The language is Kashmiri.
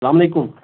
اَسلام علیکُم